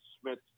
Smith